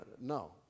No